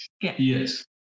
Yes